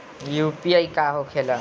UPI का होके ला?